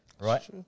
Right